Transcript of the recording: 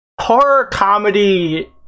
horror-comedy